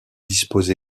dispose